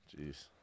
Jeez